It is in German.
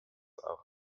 auch